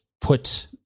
put